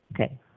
Okay